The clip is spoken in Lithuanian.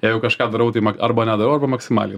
jeigu kažką darau tai ma arba nedarau arba maksimaliai